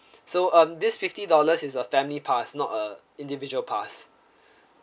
so um this fifty dollars is a family pass not uh individual pass